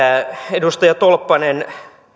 edustaja tolppanen